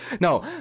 no